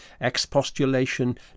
expostulation